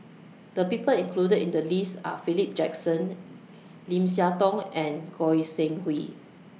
The People included in The list Are Philip Jackson Lim Siah Tong and Goi Seng Hui